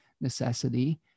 necessity